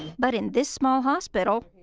but in this small hospital,